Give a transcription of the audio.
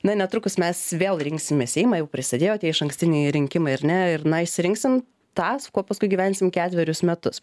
na netrukus mes vėl rinksime seimą jau prasidėjo tie išankstiniai rinkimai ar ne ir na išsirinksim tą su kuo paskui gyvensim ketverius metus